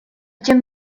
тем